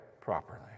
properly